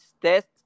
test